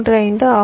35 ஆகும்